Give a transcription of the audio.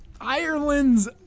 Ireland's